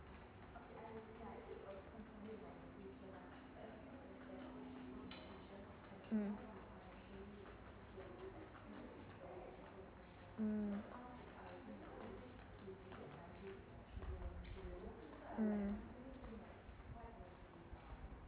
mm mm mm